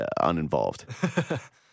uninvolved